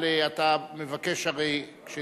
אבל אתה הרי מבקש כשנכנסת,